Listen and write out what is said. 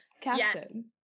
Captain